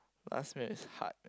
last meal is hard